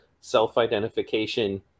self-identification